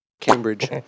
Cambridge